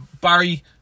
Barry